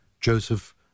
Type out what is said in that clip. Joseph